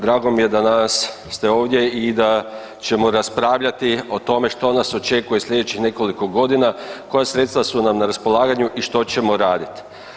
Drago mi je danas ste ovdje i da ćemo raspravljati o tome što nas očekuje sljedećih nekoliko godina, koja sredstva su nam na raspolaganju i što ćemo raditi.